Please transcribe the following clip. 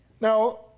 Now